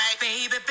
baby